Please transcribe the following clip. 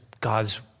God's